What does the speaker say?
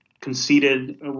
conceded